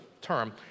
term